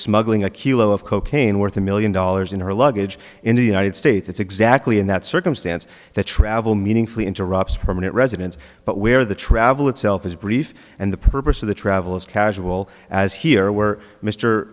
smuggling a kilo of cocaine worth a million dollars in her luggage in the united states it's exactly in that circumstance that travel meaningfully interrupts permanent residence but where the travel itself is brief and the purpose of the travel as casual as here where m